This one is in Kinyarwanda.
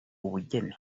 ubugeni